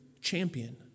champion